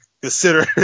consider